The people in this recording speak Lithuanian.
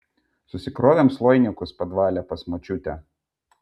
susikrovėm sloinikus padvale pas močiutę